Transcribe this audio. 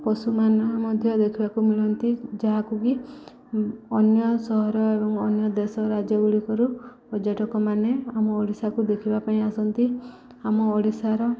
ପଶୁମାନେ ମଧ୍ୟ ଦେଖିବାକୁ ମିଳନ୍ତି ଯାହାକୁ ବିି ଅନ୍ୟ ସହର ଏବଂ ଅନ୍ୟ ଦେଶ ରାଜ୍ୟଗୁଡ଼ିକରୁ ପର୍ଯ୍ୟଟକମାନେ ଆମ ଓଡ଼ିଶାକୁ ଦେଖିବା ପାଇଁ ଆସନ୍ତି ଆମ ଓଡ଼ିଶାର